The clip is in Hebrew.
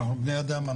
אנחנו בני אדם,